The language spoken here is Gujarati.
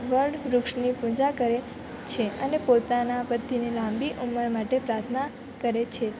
વડ વૃક્ષની પૂજા કરે છે અને પોતાના પતિની લાંબી ઉંમર માટે પ્રાર્થના કરે છે